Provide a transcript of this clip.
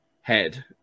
head